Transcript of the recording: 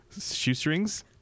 shoestrings